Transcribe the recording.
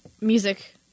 music